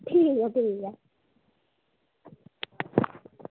ठीक ऐ ठीक ऐ